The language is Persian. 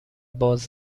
باز